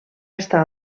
estar